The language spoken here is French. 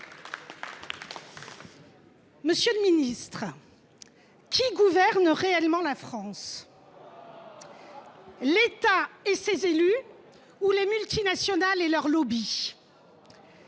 Monsieur le ministre, qui gouverne réellement la France ? L’État et ses élus ou les multinationales et leurs lobbys ?